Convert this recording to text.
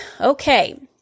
okay